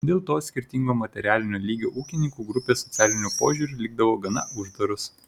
dėl to skirtingo materialinio lygio ūkininkų grupės socialiniu požiūriu likdavo gana uždaros